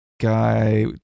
guy